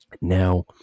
Now